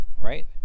right